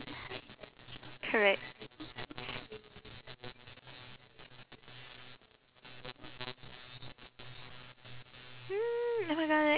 correct mm oh my god I